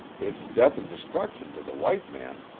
it's death and destruction to the white man,